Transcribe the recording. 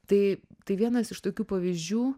tai tai vienas iš tokių pavyzdžių